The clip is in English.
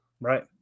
Right